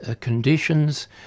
conditions